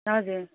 हजुर